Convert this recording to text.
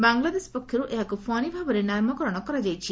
ବାଂଲାଦେଶ ପକ୍ଷରୁ ଏହାକୁ 'ଫଶି' ଭାବେ ନାମକରଣ କରାଯାଇଛି